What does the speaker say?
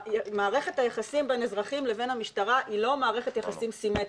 מערכת היחסים בין אזרחים לבין המשטרה היא לא מערכת יחסים סימטרית,